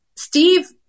Steve